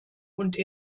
und